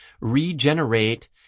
regenerate